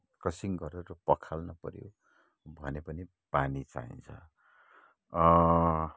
कसिङ्गरहरू पखाल्नुपऱ्यो भने पनि पानी चाहिन्छ